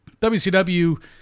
WCW